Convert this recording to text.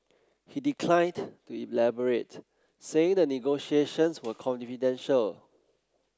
he declined to elaborate saying the negotiations were confidential